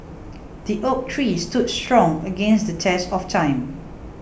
the oak tree stood strong against the test of time